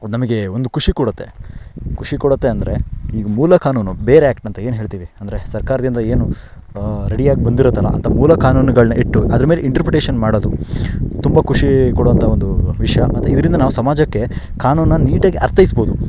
ನಮಗೆ ಒಂದು ಖುಷಿ ಕೊಡುತ್ತೆ ಖುಷಿ ಕೊಡುತ್ತೆ ಅಂದರೆ ಈಗ ಮೂಲ ಕಾನೂನು ಬೇರ್ ಆಕ್ಟ್ ಅಂತ ಏನು ಹೇಳ್ತೀವಿ ಅಂದರೆ ಸರ್ಕಾರದಿಂದ ಏನು ರೆಡಿಯಾಗಿ ಬಂದಿರುತ್ತಲ್ಲ ಅಂಥ ಮೂಲ ಕಾನೂನುಗಳನ್ನ ಇಟ್ಟು ಅದರ ಮೇಲೆ ಇಂಟ್ರಪ್ರಿಟೇಷನ್ ಮಾಡೋದು ತುಂಬ ಖುಷಿ ಕೊಡೋಂಥ ಒಂದು ವಿಷಯ ಮತ್ತೆ ಇದರಿಂದ ನಾವು ಸಮಾಜಕ್ಕೆ ಕಾನೂನನ್ನ ನೀಟಾಗಿ ಅರ್ಥೈಸ್ಬೋದು